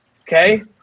Okay